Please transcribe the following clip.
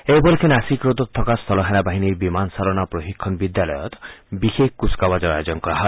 এই উপলক্ষে নাছিক ৰোডত থকা স্থল সেনা বাহিনীৰ বিমান চালনা প্ৰশিক্ষণ বিদ্যালয়ত বিশেষ কৃচকাৱাজৰ আয়োজন কৰা হয়